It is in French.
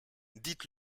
dites